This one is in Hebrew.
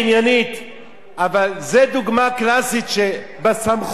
אבל זה דוגמה קלאסית שבסמכות שלו הוא פעל,